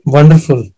Wonderful